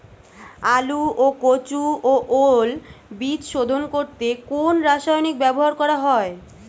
আলু ও কচু ও ওল বীজ শোধন করতে কোন রাসায়নিক ব্যবহার করা হয়?